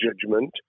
judgment